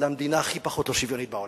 היינו למדינה הכי פחות שוויונית בעולם.